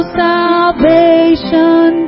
salvation